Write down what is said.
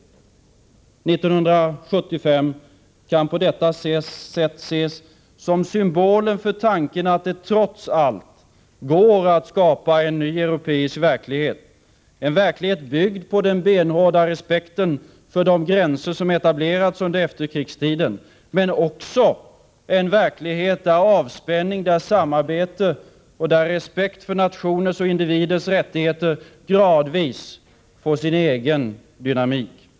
1975 kan på detta sätt ses som symbolen för tanken att det — trots allt — går att skapa en ny europeisk verklighet, en verklighet byggd på den benhårda respekten för de gränser som etablerats under efterkrigstiden. men också en verklighet där avspänning, samarbete och respekt för nationers och individers rättigheter gradvis får sin egen dynamik.